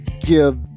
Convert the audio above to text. give